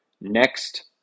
next